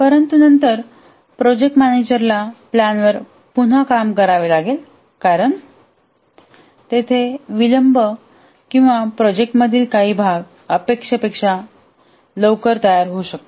परंतु नंतर प्रोजेक्ट मॅनेजरला प्लॅनवर पुन्हा काम करावे लागेल कारण तेथे विलंब किंवा प्रोजेक्टामधील काही भाग अपेक्षेपेक्षा लवकर तयार होऊ शकतो